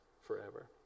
forever